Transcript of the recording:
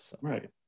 right